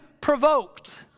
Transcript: provoked